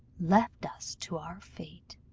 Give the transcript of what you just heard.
left us to our fate.